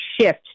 shift